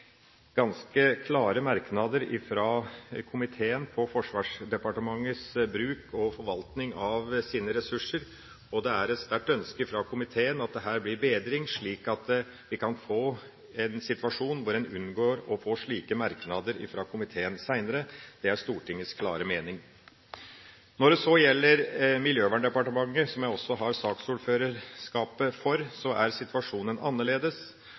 er et sterkt ønske fra komiteen om at det her blir bedring, slik at vi kan få en situasjon hvor en unngår å få slike merknader fra komiteen seinere. Det er Stortingets klare mening. Når det så gjelder Miljøverndepartementet, som jeg også har saksordførerskapet for, er situasjonen annerledes.